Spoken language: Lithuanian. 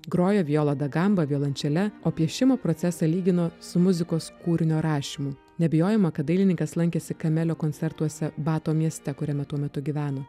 grojo violadagamba violončele o piešimo procesą lygino su muzikos kūrinio rašymu neabejojama kad dailininkas lankėsi kamelio koncertuose bato mieste kuriame tuo metu gyveno